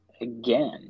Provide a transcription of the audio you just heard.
Again